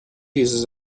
uses